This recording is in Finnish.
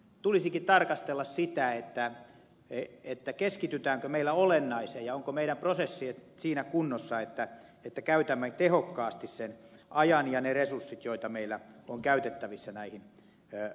tulisikin tarkastella sitä keskitytäänkö meillä olennaiseen ja ovatko meidän prosessimme siinä kunnossa että käytämme tehokkaasti sen ajan ja ne resurssit joita meillä on käytettävissä näihin orgaaneihin